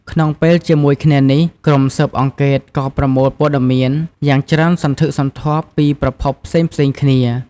ក្នុងពេលជាមួយគ្នានេះ ក្រុមស៊ើបអង្កេតក៏ ប្រមូលព័ត៌មាន យ៉ាងច្រើនសន្ធឹកសន្ធាប់ពីប្រភពផ្សេងៗគ្នា។